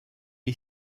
est